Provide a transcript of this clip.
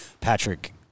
Patrick